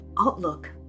outlook